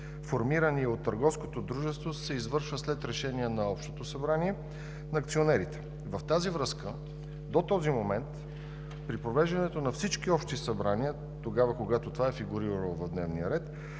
формирани от търговското дружество, се извършва след решение на Общото събрание на акционерите. В тази връзка до този момент при провеждането на всички общи събрания, когато това е фигурирало в дневния ред,